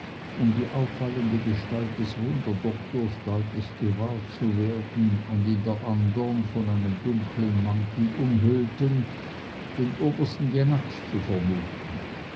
um die auffallende gestalt des wunderdoktors deutlich gewahr zu werden und in der andern von einem dunkeln mantel umhüllten den obersten jenatsch zu vermuten